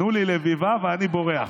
תנו לי לביבה ואני בורח.